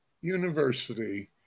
university